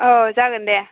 औ जागोन दे